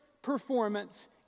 performance